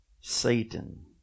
Satan